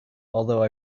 although